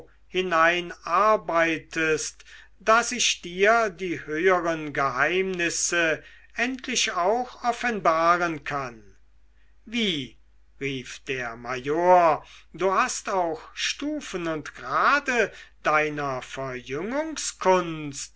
so hineinarbeitest daß ich dir die höheren geheimnisse endlich auch offenbaren kann wie rief der major du hast auch stufen und grade deiner